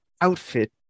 outfit